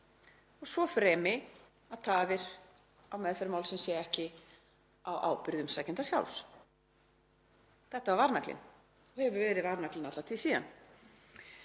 svo fremi að tafir á meðferð málsins séu ekki á ábyrgð umsækjandans sjálfs. Þetta var varnaglinn og hefur verið varnaglinn alla tíð síðan.